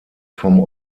vom